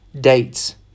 dates